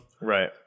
Right